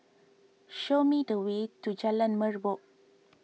show me the way to Jalan Merbok